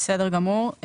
בסדר גמור.